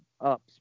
ups